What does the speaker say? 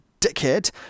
dickhead